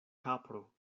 kapro